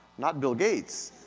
not bill gates.